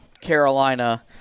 Carolina